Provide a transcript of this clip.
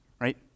right